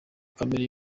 kamere